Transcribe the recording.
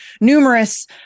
numerous